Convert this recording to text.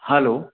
hello